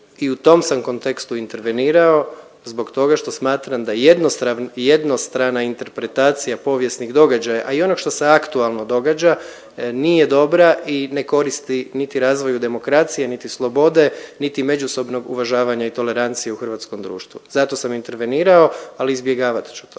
i u tom sam kontekstu intervenirao zbog toga što smatram da jednostrana interpretacija povijesnih događaja a i onog što se aktualno događa nije dobra i ne koristi niti razvoju demokracije, niti slobode, niti međusobnog uvažavanja i tolerancije u hrvatskom društvu zato sam intervenirao, ali izbjegavat ću to.